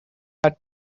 had